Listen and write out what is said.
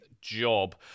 job